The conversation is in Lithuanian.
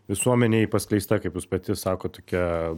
visuomenei paskleista kaip jūs pati sakot tokia